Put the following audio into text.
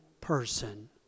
person